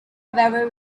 however